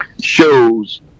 shows